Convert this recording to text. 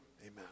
amen